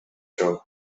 show